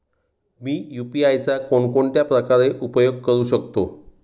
मी UPI चा कोणकोणत्या प्रकारे उपयोग करू शकतो?